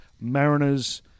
Mariners